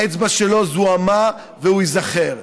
האצבע שלו זוהמה, והוא ייזכר.